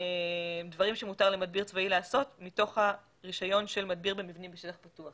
דברים שמותר למדביר צבאי לעשות מתוך הרישיון של מדביר במבנים בשטח פתוח.